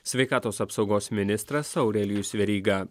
sveikatos apsaugos ministras aurelijus veryga